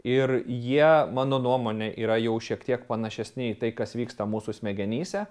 ir jie mano nuomone yra jau šiek tiek panašesni į tai kas vyksta mūsų smegenyse